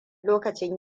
lokacin